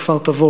כפר-תבור,